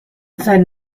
sein